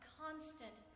constant